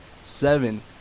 seven